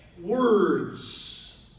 words